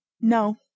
No